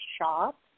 shop